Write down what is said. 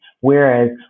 whereas